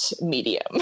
medium